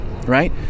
right